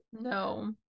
No